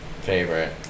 favorite